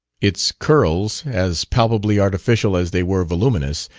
its curls, as palpably artificial as they were voluminous,